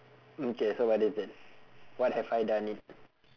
okay so what is it what have I done it